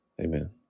Amen